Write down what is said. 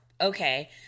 Okay